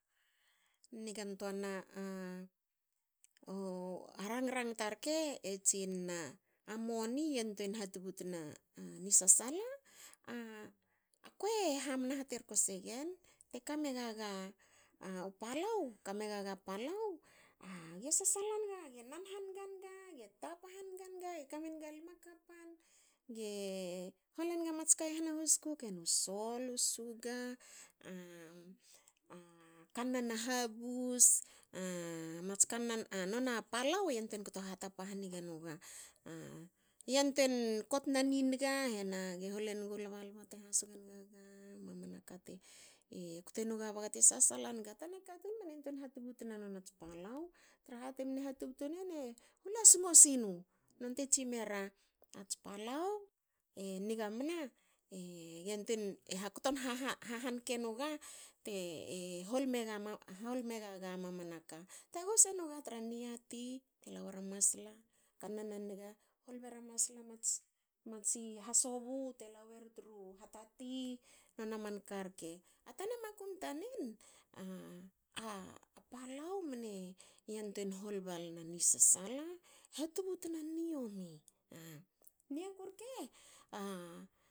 Nigantoana. a harang rangta rke e jinna,"a moni e yantuen hatubtu sna ni sasala?"Akue hamna haterko segen. Te ka megaga a palau. age- ka megaga a palau ge sasala naga. ne nan haniga ne tapa haniga nga. ge ka menga lma kapan. ge hol enga manka i hana hoskuk u sol. u suga. a kannan. a habus. a mats kannan. A nona palau e yantuein kto hatapa hanige nuga. yantuen kotna ni niga. Age hol enga lbalba te hasoge nguga e kte nuga baga te sasala naga. tana katun mne yantuein hatubut nats palau traha temne ha tubtu nin e hula singo sinu. nonte tsimera ats palau e niga mna ge yantuein. ge kto ha hahanke nuga. te hol megaga a mamana ka. Taguhu senuga tra niati. Tela wora masla. kannan a niga. hol bera masla. mats mats hasobu kela wen tru hatati. nona manka rke. Tana makum tanen. a palau mne yantuein hol balna ni sasala. ha tubutna niomi. Niaku rke a